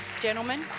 gentlemen